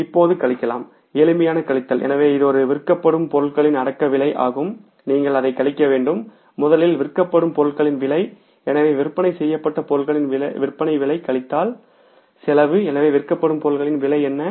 இப்போது கழிக்கலாம்எளிமையான கழித்தல் எனவே இது ஒரு விற்கப்படும் பொருட்களின் அடக்கவில்லை விலை ஆகும் நீங்கள் அதைக் கழிக்கவேண்டும் முதலில் விற்கப்படும் பொருட்களின் விலை எனவே விற்பனை செய்யப்பட்ட பொருட்களின் விற்பனை கழித்தல் செலவு எனவே விற்கப்படும் பொருட்களின் விலை என்ன